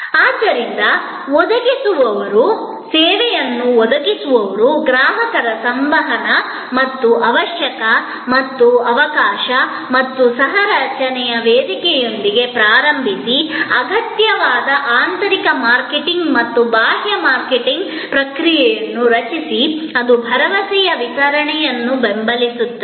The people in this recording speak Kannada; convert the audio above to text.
ಆದ್ದರಿಂದ ಒದಗಿಸುವವರ ಗ್ರಾಹಕರ ಸಂವಹನ ಮತ್ತು ಅವಕಾಶ ಮತ್ತು ಸಹ ರಚನೆಯ ವೇದಿಕೆಯೊಂದಿಗೆ ಪ್ರಾರಂಭಿಸಿ ಮತ್ತು ಅಗತ್ಯವಾದ ಆಂತರಿಕ ಮಾರ್ಕೆಟಿಂಗ್ ಮತ್ತು ಬಾಹ್ಯ ಮಾರ್ಕೆಟಿಂಗ್ ಪ್ರಕ್ರಿಯೆಯನ್ನು ರಚಿಸಿ ಅದು ಭರವಸೆಯ ವಿತರಣೆಯನ್ನು ಬೆಂಬಲಿಸುತ್ತದೆ